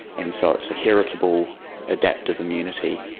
and so it's a heritable adaptive immunity,